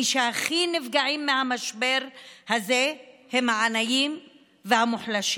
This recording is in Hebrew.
מי שהכי נפגעים מהמשבר הזה הם העניים והמוחלשים.